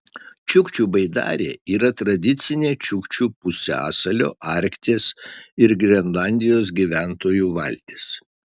čiukčių baidarė yra tradicinė čiukčių pusiasalio arkties ir grenlandijos gyventojų valtis